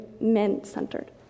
men-centered